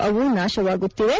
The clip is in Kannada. ಅವು ನಾಶವಾಗುತ್ತಿವೆ